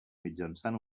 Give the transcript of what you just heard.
mitjançant